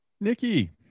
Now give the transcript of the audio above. Nikki